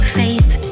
faith